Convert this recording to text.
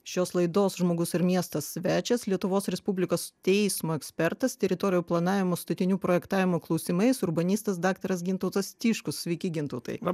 šios laidos žmogus ir miestas svečias lietuvos respublikos teismo ekspertas teritorijų planavimo statinių projektavimo klausimais urbanistas daktaras gintautas tiškus sveiki gintautai